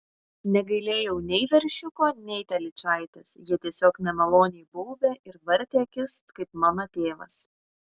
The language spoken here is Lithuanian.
negailėjau nei veršiuko nei telyčaitės jie tiesiog nemaloniai baubė ir vartė akis kaip mano tėvas